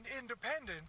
independent